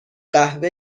قهوه